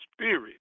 spirit